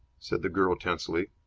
said the girl, tensely,